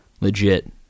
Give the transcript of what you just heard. legit